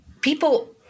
people